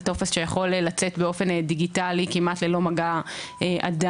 זה טופס שיכול לצאת באופן דיגיטלי כמעט ללא מגע אדם,